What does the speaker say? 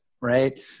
right